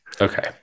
Okay